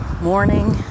morning